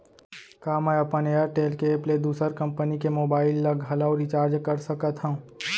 का मैं अपन एयरटेल के एप ले दूसर कंपनी के मोबाइल ला घलव रिचार्ज कर सकत हव?